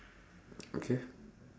okay